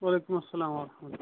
وعلیکُم السلام وَ رحمتہُ اللہ